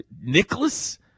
Nicholas